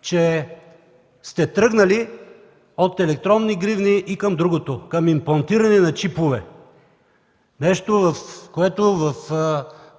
че сте тръгнали от електронни гривни и към другото – към имплантиране на чипове – нещо, за което в